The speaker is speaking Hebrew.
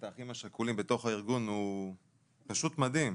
האחים השכולים בתוך הארגון הוא פשוט מדהים,